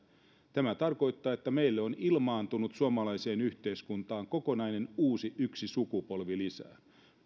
tämä tarkoittaa että meille on ilmaantunut suomalaiseen yhteiskuntaan yksi kokonainen uusi sukupolvi lisää